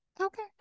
Okay